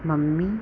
mummy